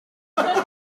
morality